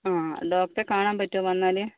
ആ ആ ഡോക്ടറെ കാണാൻ പറ്റുമോ വന്നാല്